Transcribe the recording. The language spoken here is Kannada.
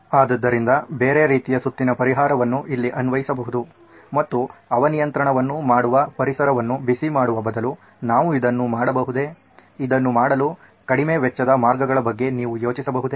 ಆದ್ದರಿಂದ ಬೇರೆ ರೀತಿಯ ಸುತ್ತಿನ ಪರಿಹಾರವನ್ನು ಇಲ್ಲಿ ಅನ್ವಯಿಸಬಹುದು ಮತ್ತು ಹವಾನಿಯಂತ್ರಣವನ್ನು ಮಾಡುವ ಪರಿಸರವನ್ನು ಬಿಸಿ ಮಾಡುವ ಬದಲು ನಾವು ಇದನ್ನು ಮಾಡಬಹುದೇ ಇದನ್ನು ಮಾಡಲು ಕಡಿಮೆ ವೆಚ್ಚದ ಮಾರ್ಗಗಳ ಬಗ್ಗೆ ನೀವು ಯೋಚಿಸಬಹುದೇ